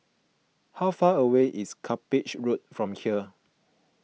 how far away is Cuppage Road from here